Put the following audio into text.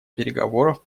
переговоров